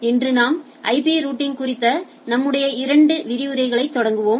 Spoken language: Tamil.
இன்று நாம் ஐபி ரூட்டிங் குறித்த நம்முடைய இரண்டு பாடங்களை தொடங்குவோம்